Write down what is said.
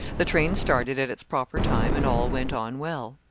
the train started at its proper time, and all went on well.